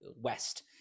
west